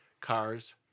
cars